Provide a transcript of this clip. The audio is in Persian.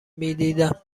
میدیدم